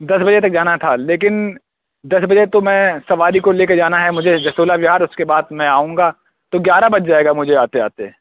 دس بجے تک جانا تھا لیکن دس بجے تو میں سواری کو لے کے جانا ہے مجھے جسولہ وہار اس کے بعد میں آؤں گا تو گیارہ بج جائے گا مجھے آتے آتے